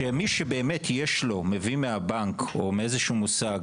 שמי שבאמת יש לו, מביא מהבנק או מאיזה שהוא מוסד